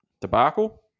debacle